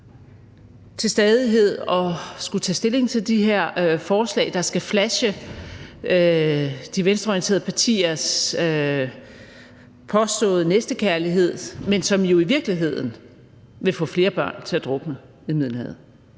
til stadighed at skulle tage stilling til de her forslag, der skal flashe de venstreorienterede partiers påståede næstekærlighed, men som jo i virkeligheden vil få flere børn til at drukne i Middelhavet